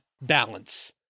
balance